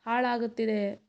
ಹಾಳಾಗುತ್ತಿದೆ